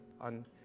on